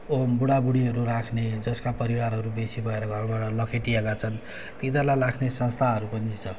home बुढाबुढीहरू राख्ने जसका परिवारहरू बेसी भएर घरबाट लखेटिएका छन् तिनीहरूलाई राख्ने संस्थाहरू पनि छ